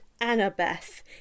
Annabeth